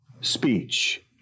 speech